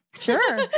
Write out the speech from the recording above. Sure